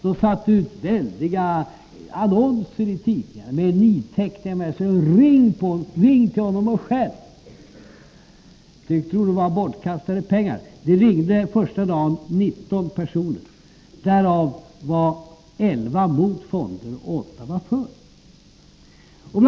Man satte ut väldiga annonser i tidningarna med nidteckningar av mig och uppmaningen: Ring till honom och skäll! Jag tror att det var bortkastade pengar. Första dagen ringde 19 personer, och därav var 11 mot fonder och 8 för. Bl.